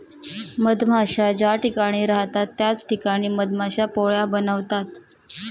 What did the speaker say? मधमाश्या ज्या ठिकाणी राहतात त्याच ठिकाणी मधमाश्या पोळ्या बनवतात